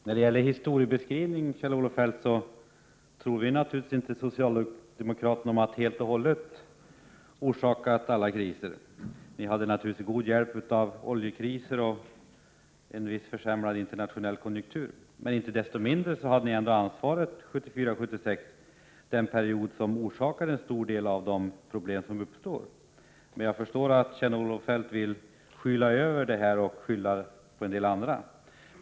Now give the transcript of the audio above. Herr talman! När det gäller historieskrivningen tror vi naturligtvis inte att socialdemokraterna har orsakat alla kriser. Ni hade naturligtvis god hjälp av oljekriser och en viss försämring av den internationella konjunkturen. Men inte desto mindre hade ni ändå ansvaret under åren 1974-1976, då en stor del av problemen uppstod. Men jag förstår att Kjell-Olof Feldt vill skyla över detta och skylla på andra.